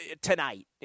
tonight